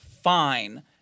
fine